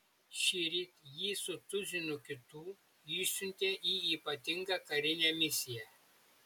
šįryt jį su tuzinu kitų išsiuntė į ypatingą karinę misiją